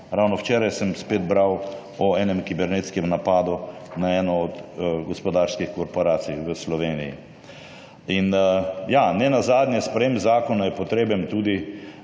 Ravno včeraj sem spet bral o enem kibernetskem napadu na eno od gospodarskih korporacij v Sloveniji. Nenazadnje pa je sprejetje zakona potrebno tudi